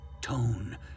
Tone